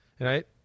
Right